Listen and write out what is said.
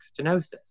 stenosis